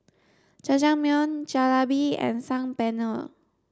Jajangmyeon Jalebi and Saag Paneer